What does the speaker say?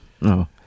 no